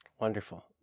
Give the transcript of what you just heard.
Wonderful